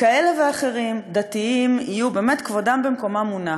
כאלה ואחרים, דתיים, באמת, כבודם במקומם מונח.